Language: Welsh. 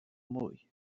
mwy